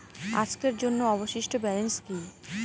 আজকের জন্য অবশিষ্ট ব্যালেন্স কি?